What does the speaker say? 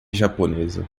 japonesa